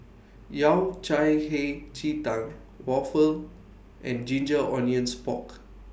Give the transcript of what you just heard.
Yao Cai Hei Ji Tang Waffle and Ginger Onions Pork